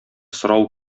сорау